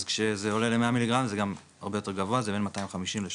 אז כשזה עולה ל-100 מ"ג זה הרבה יותר גבוה זה בין 250 ל-300,